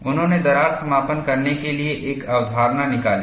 उन्होंने दरार समापन करने के लिए एक अवधारणा निकाली